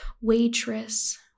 waitress